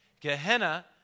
Gehenna